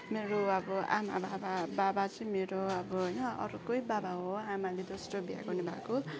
मेरो अब आमा बाबा बाबा चाहिँ मेरो अब होइन अर्कै बाबा हो आमाले दोस्रो बिहा गर्नुभएको